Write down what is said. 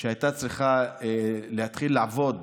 שהייתה צריכה להתחיל לעבוד